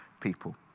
people